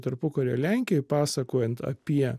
tarpukario lenkijoj pasakojant apie